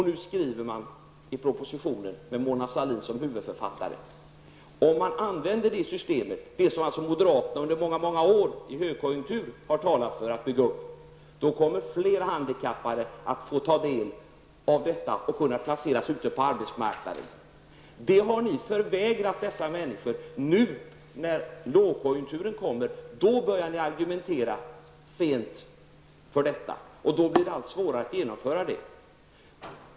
Nu framhåller man i propositionen med Mona Sahlin som huvudförfattare att om det system som moderaterna under många år har talat för att bygga upp i en högkonjenktur används, kommer fler handikappade att få del av det och kunna placeras ut på arbetsmarknaden. Det har ni socialdemokrater förvägrat dessa människor. Nu när lågkonjunkturen kommer börjar ni att agera. Men nu blir det svårare att införa systemet.